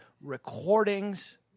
recordings